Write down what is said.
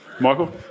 Michael